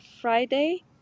Friday